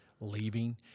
leaving